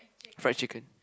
fried chicken